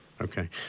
Okay